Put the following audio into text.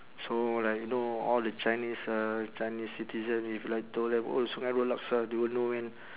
so like you know all the chinese uh chinese citizen if like told them oh sungei road laksa they will know man